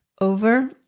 over